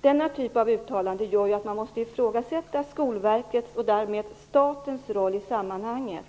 Denna typ av uttalanden gör att man måste ifrågasätta Skolverkets och därmed statens roll i sammanhanget.